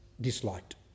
disliked